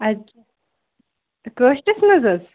اَدٕ کیاہ کٲشرس منز حظ